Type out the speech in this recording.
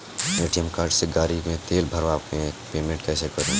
ATM card से गाड़ी मे तेल भरवा के पेमेंट कैसे करेम?